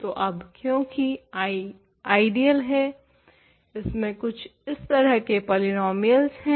तो अब क्यूंकि I आइडियल है इसमें कुछ इस तरह के पॉलीनोमियल्स हैं